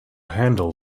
handle